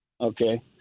Okay